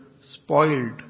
spoiled